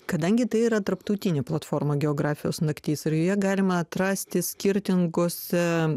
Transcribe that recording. kadangi tai yra tarptautinių platformų geografijos naktis ir joje galima atrasti skirtingus e